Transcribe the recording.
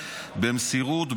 במסירות,